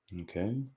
Okay